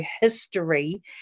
history